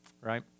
right